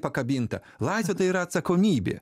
pakabinta laisvė tai yra atsakomybė